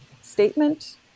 statement